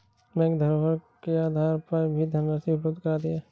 bank धरोहर के आधार पर भी धनराशि उपलब्ध कराती है